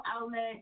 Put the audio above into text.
Outlet